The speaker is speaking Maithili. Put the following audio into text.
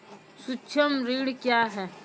सुक्ष्म ऋण क्या हैं?